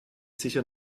sicher